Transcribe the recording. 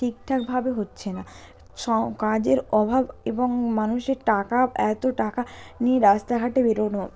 ঠিকঠাকভাবে হচ্ছে না কাজের অভাব এবং মানুষের টাকা এত টাকা নিয়ে রাস্তাঘাটে বেরোনো